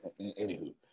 Anywho